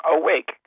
awake